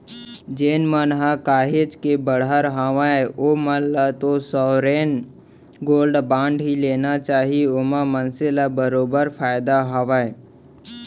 जेन मन ह काहेच के बड़हर हावय ओमन ल तो साँवरेन गोल्ड बांड ही लेना चाही ओमा मनसे ल बरोबर फायदा हावय